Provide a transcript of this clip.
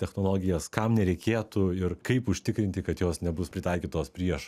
technologijas kam nereikėtų ir kaip užtikrinti kad jos nebus pritaikytos prieš